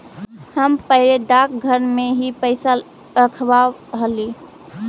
हम पहले डाकघर में ही पैसा रखवाव हली